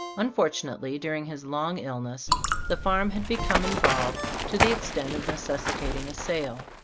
unfortunately, during his long illness the farm had become in volved to the extent of necessitating a sale.